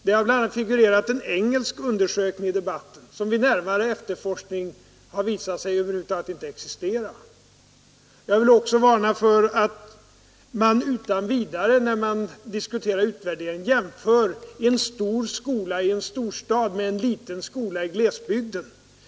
Det har bl.a. figurerat en engelsk undersökning i debatten som vid närmare efterforskning har visat sig över huvud taget inte existera. Jag vill också varna mot att man utan vidare när man diskuterar utvärderingen jämför en stor skola i storstaden med en liten skola i Nr 110 glesbygden.